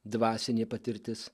dvasinė patirtis